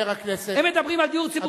הם מדברים על דיור ציבורי?